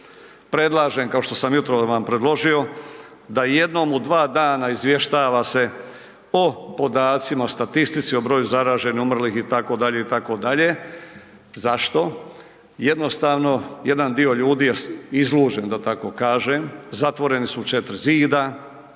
Predlažem, kao što sam ujutro vam predložio, da jednom u dva dana izvještava se o podacima, o statistici, o broju zaraženih, umrlih itd. itd. Zašto? Jednostavno, jedan dio ljudi je izluđen da tako kažem, zatvoreni su u 4 zida,